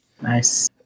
Nice